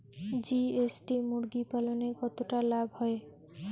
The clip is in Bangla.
জি.এস.টি মুরগি পালনে কতটা লাভ হয়?